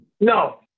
No